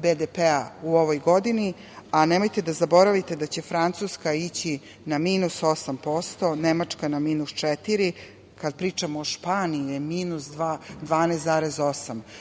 BDP u ovoj godini, a nemojte da zaboraviti da će Francuska ići na minu 8%, Nemačka na minus 4%, kada pričamo o Španiji minu 12,8%